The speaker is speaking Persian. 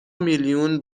میلیون